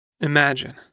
Imagine